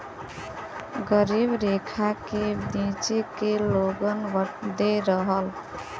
गरीबी रेखा के नीचे के लोगन बदे रहल